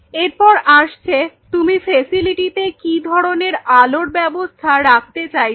এরপর আসছে তুমি ফ্যাসিলিটিতে কি ধরনের আলোর ব্যবস্থা রাখতে চাইছ